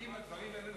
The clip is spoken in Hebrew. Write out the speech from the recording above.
אם הדברים האלה נכונים,